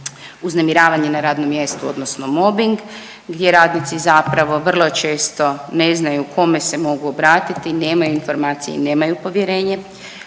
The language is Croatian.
uznemiravanje na radnom mjestu odnosno mobbing, gdje radnici zapravo vrlo često ne znaju kome se mogu obratiti, nemaju informacije i nemaju povjerenje,